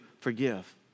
forgive